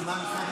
תודה.